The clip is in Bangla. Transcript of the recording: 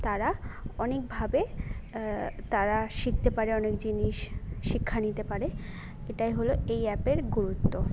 তারা অনেকভাবে তারা শিখতে পারে অনেক জিনিস শিক্ষা নিতে পারে এটাই হলো এই অ্যাপের গুরুত্ব